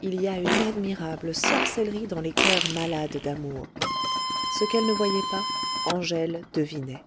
il y a une admirable sorcellerie dans les coeurs malades d'amour ce qu'elle ne voyait pas angèle devinait